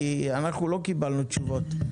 כי אנחנו לא קיבלנו תשובות.